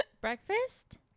Breakfast